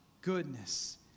goodness